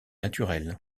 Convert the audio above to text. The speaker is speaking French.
naturelle